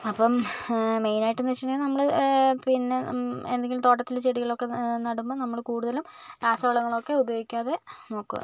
അപ്പം മെയിനായിട്ടെന്ന് വെച്ചിട്ടുണ്ടെങ്കിൽ നമ്മള് പിന്നെ എന്തെങ്കിലും തോട്ടത്തില് ചെടികളൊക്കെ നടുമ്പോൾ നമ്മള് കൂടുതലും രാസവളങ്ങളൊക്കെ ഉപയോഗിക്കാതെ നോക്കുക